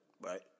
Right